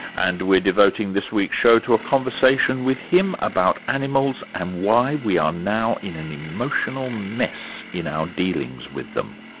and we're devoting this week's show to a conversation with him about animals and why we are now in an emotional mess in our dealings with them.